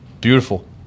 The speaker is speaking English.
Beautiful